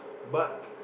but